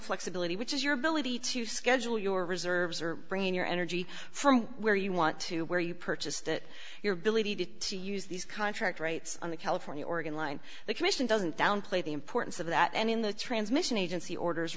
flexibility which is your ability to schedule your reserves or bringing your energy from where you want to where you purchased that your ability to use these contract rights on the california oregon line the commission doesn't downplay the importance of that and in the transmission agency orders